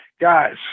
guys